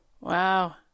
Wow